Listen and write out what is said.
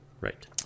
right